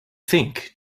think